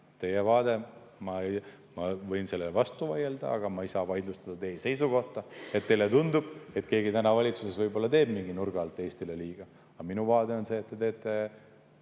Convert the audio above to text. selline – ma võin sellele vastu vaielda, aga ma ei saa vaidlustada teie seisukohta –, et teile tundub, et keegi valitsuses teeb mingi nurga alt Eestile liiga. Aga minu vaade on see, et teie teete